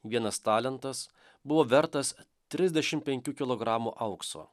vienas talentas buvo vertas trisdešimt penkių kilogramų aukso